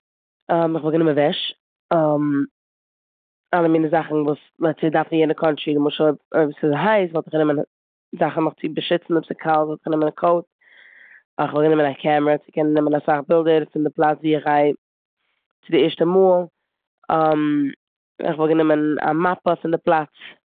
כ'וואלט גענומען וועש, אלע מינע זאכן וואס לעטס סעי דארף אין יענע קאנטרי למשל אויב ס'איז הייס וואלט איך גענומען זאכן מיך צו באשיצן, אויב ס'קאלט וואלט איך גענומען א קאוט. כ'וואלט גענומען א קעמערא צו קענען נעמען אסאך בילדער פון די פלאץ ווי איך גיי צו די ערשטע מאל. כ'וואלט גענומען א מאפע פון די פלאץ.